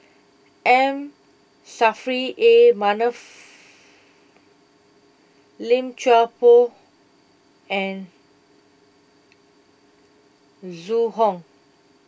M Saffri A Manaf Lim Chuan Poh and Zhu Hong